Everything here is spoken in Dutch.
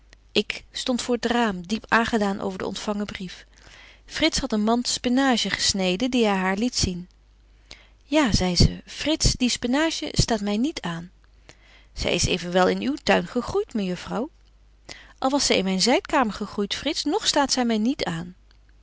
ik stond voor t raam diep aangedaan over den ontfangen brief frits hadt een mand spenage gesneden die hy haar liet zien betje wolff en aagje deken historie van mejuffrouw sara burgerhart ja zei ze frits die spenage staat my niet aan zy is evenwel in uw tuin gegroeit mejuffrouw al was zy in myn zydkamer gegroeit frits nog staat zy my niet aan